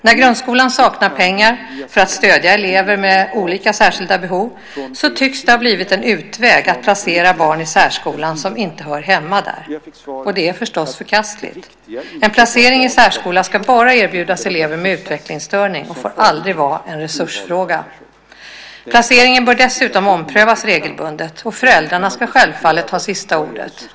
När grundskolan saknar pengar för att stödja elever med särskilda behov tycks en utväg ha blivit att placera dessa elever i särskolan, elever som alltså inte hör hemma där. Det är förstås förkastligt. En placering i särskolan ska bara erbjudas elever med utvecklingsstörning och får aldrig vara en resursfråga. Placeringen bör dessutom omprövas regelbundet, och föräldrarna ska självfallet ha sista ordet.